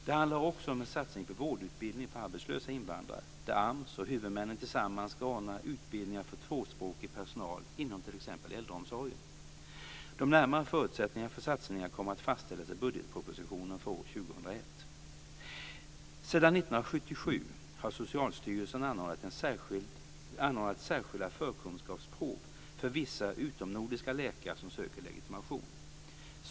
Det handlar också om en satsning på vårdutbildning för arbetslösa invandrare, där AMS och huvudmännen tillsammans ska ordna utbildningar för tvåspråkig personal inom t.ex. äldreomsorgen. De närmare förutsättningarna för satsningarna kommer att fastställas i budgetpropositionen för år 2001. Sedan 1977 har Socialstyrelsen anordnat särskilda förkunskapsprov för vissa utomnordiska läkare som söker legitimation.